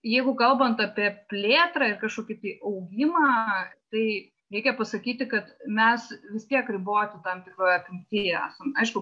jeigu kalbant apie plėtrą ir kažkokį tai augimą tai reikia pasakyti kad mes vis tiek riboti tam tikroj apimty esam aišku